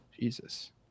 Jesus